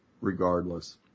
regardless